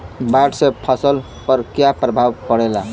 बाढ़ से फसल पर क्या प्रभाव पड़ेला?